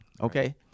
Okay